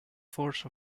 force